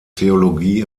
theologie